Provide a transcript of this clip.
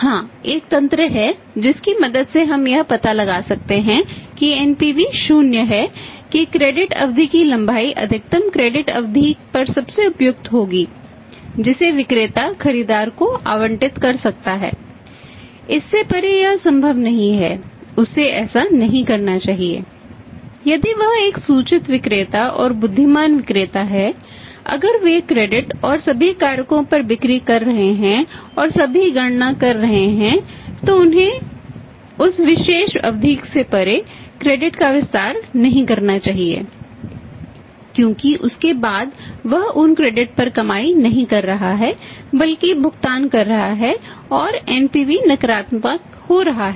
हां एक तंत्र है जिसकी मदद से हम यह पता लगा सकते हैं कि एनपीवी नकारात्मक हो रहा है